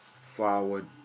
forward